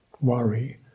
worry